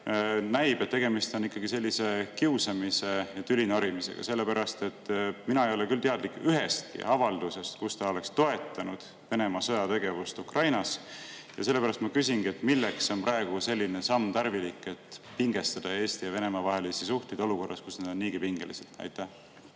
näib, et tegemist on ikkagi kiusamise ja tüli norimisega, sellepärast et mina ei ole küll teadlik ühestki avaldusest, kus ta oleks toetanud Venemaa sõjategevust Ukrainas. Sellepärast ma küsingi, milleks on praegu tarvilik selline samm, mis pingestab Eesti ja Venemaa vahelisi suhteid olukorras, kus need on niigi pingelised. Aitäh!